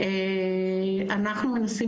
אנחנו,